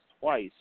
twice